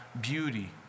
beauty